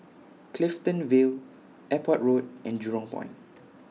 Clifton Vale Airport Road and Jurong Point